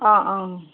অ অ